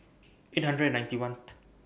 eight hundred and ninety one